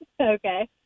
Okay